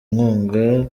nkunga